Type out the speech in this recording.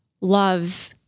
love